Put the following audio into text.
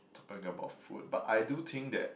talking about food but I do think that